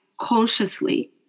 consciously